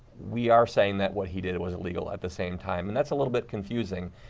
we are saying that what he did was illegal at the same time. and that's a little bit confusing.